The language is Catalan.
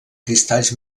cristalls